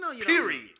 Period